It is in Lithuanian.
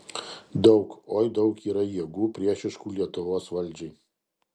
daug oi daug yra jėgų priešiškų lietuvos valdžiai